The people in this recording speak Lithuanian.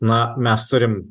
na mes turim